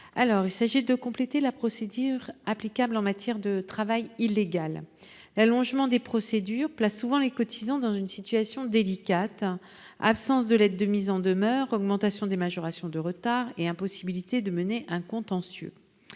objet de compléter la procédure applicable en matière de travail illégal. L’allongement des procédures place souvent les cotisants dans une situation délicate : absence de lettre de mise en demeure, augmentation des majorations de retard, impossibilité de mener un contentieux.